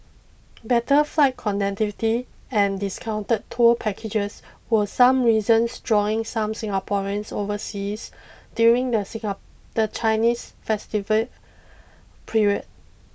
better flight connectivity and discounted tour packages were some reasons drawing some Singaporeans overseas during the the Chinese festival period